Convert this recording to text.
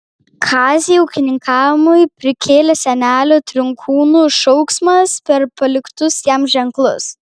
kazį ūkininkavimui prikėlė senelių trinkūnų šauksmas per paliktus jam ženklus